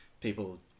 people